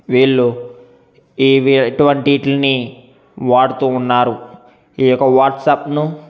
వీళ్ళు ఇవి ఎటువంటి వీటిని వాడుతూ ఉన్నారు ఈయొక్క వాట్సాప్ను